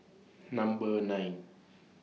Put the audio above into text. Number nine